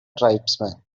tribesman